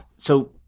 so,